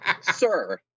Sir